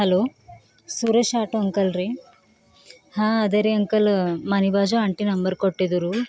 hello Suresh auto uncle ರೀ ಹಾ ಅದೇ ರೀ ಅಂಕಲ್ ಮನೆಬಾಜು ಆಂಟಿ ನಂಬರ್ ಕೊಟ್ಟಿದ್ದರು